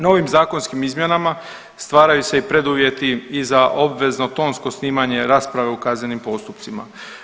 Novim zakonskim izmjenama stvaraju se i preduvjeti i za obvezno tonsko snimanje rasprave u kaznenim postupcima.